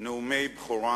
נאומי בכורה